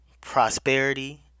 prosperity